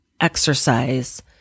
exercise